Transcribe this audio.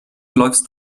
läufst